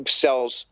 sells